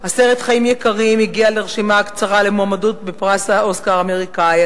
הסרט "חיים יקרים" הגיע לרשימה קצרה למועמדות בפרס האוסקר האמריקני,